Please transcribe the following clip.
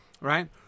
right